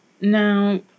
Now